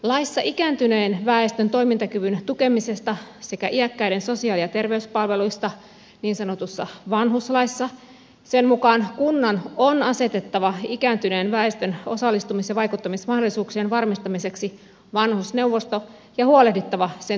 laissa ikääntyneen väestön toimintakyvyn tukemisesta sekä iäkkäiden sosiaali ja terveyspalveluista niin sanotussa vanhuslaissa kunnan on asetettava ikääntyneen väestön osallistumis ja vaikuttamismahdollisuuksien varmistamiseksi vanhusneuvosto ja huolehdittava sen toimintaedellytyksistä